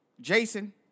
Jason